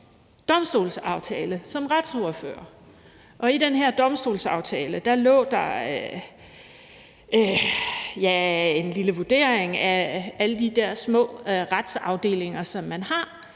domstolsaftale som retsordfører. I den her domstolsaftale lå der en lille vurdering af alle de der små retsafdelinger, som man har.